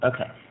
Okay